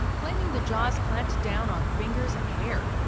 claiming the jaws clamped down on fingers and hair,